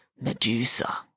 Medusa